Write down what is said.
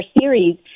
series